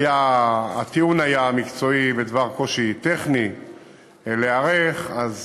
הטיעון היה מקצועי בדבר קושי טכני להיערך, אז